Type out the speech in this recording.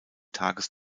tages